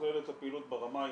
שמתכלל את הפעילות ברמה העירונית,